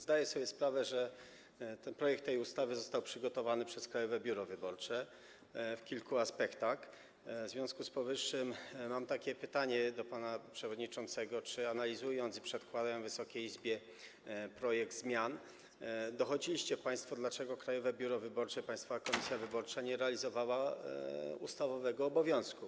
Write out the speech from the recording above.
Zdaję sobie sprawę, że w kilku aspektach projekt tej ustawy został przygotowany przez Krajowe Biuro Wyborcze, w związku z powyższym mam takie pytanie do pana przewodniczącego: Czy analizując i przedkładając Wysokiej Izbie projekt zmian, dochodziliście państwo, dlaczego Krajowe Biuro Wyborcze, Państwowa Komisja Wyborcza nie realizowały ustawowego obowiązku?